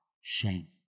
shame